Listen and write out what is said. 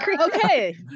Okay